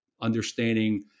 understanding